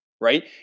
right